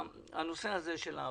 בנושא של ההעברות.